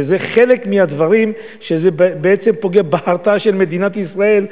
וזה חלק מהדברים שבעצם פוגעים בהרתעה של מדינת ישראל,